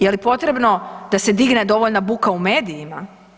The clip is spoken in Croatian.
Je li potrebno da se digne dovoljna buka u medijima?